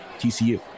TCU